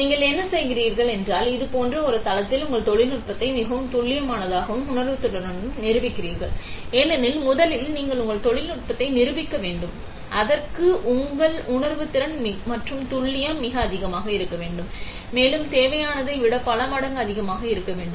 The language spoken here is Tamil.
எனவே நீங்கள் என்ன செய்கிறீர்கள் என்றால் இது போன்ற ஒரு தளத்தில் உங்கள் தொழில்நுட்பத்தை மிகவும் துல்லியமாகவும் உணர்திறனுடனும் நிரூபிக்கிறீர்கள் ஏனென்றால் முதலில் நீங்கள் உங்கள் தொழில்நுட்பத்தை நிரூபிக்க வேண்டும் அதற்கு உங்கள் உணர்திறன் மற்றும் துல்லியம் மிக அதிகமாக இருக்க வேண்டும் மேலும் தேவையானதை விட பல மடங்கு அதிகமாக இருக்க வேண்டும்